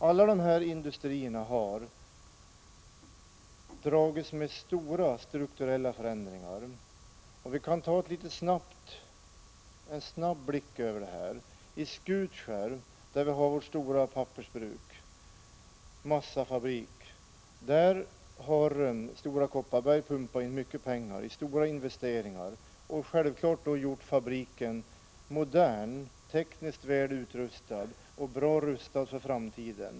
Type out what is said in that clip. Alla de här industrierna har dragits med stora strukturella förändringar. Vi kan ta en snabb överblick. I Skutskär, där vi har vårt stora pappersbruk och vår massafabrik har Stora Kopparberg pumpat in mycket pengar i stora investeringar och självklart gjort fabriken modern, tekniskt väl utrustad och bra rustad för framtiden.